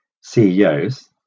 CEOs